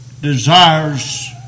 desires